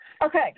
Okay